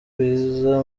rwiza